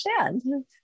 understand